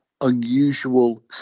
unusual